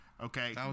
okay